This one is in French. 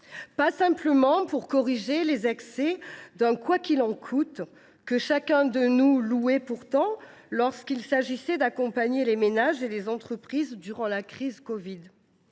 Pas simplement pour corriger les excès d’un « quoi qu’il en coûte », que chacun de nous louait pourtant lorsqu’il s’agissait d’accompagner les ménages et les entreprises durant la crise de